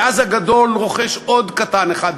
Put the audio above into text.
ואז הגדול רוכש עוד קטן אחד,